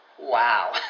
Wow